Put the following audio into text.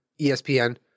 ESPN